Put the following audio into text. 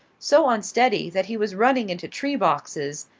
so unsteady that he was running into tree boxes,